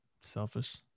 Selfish